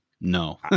No